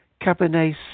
Cabernet